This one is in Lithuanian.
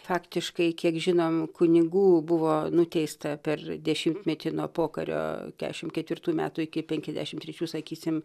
faktiškai kiek žinom kunigų buvo nuteista per dešimtmetį nuo pokario kešim ketvirtų metų iki penkiasdešim trečių sakysim